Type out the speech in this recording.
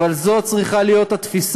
אבל זו צריכה להיות התפיסה.